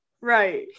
Right